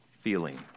feeling